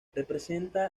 representa